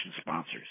sponsors